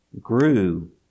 grew